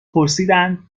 پرسیدند